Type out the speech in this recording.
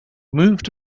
moved